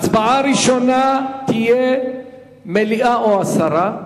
הצבעה ראשונה תהיה מליאה או הסרה.